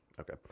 Okay